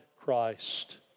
Christ